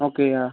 okay yeah